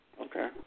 Okay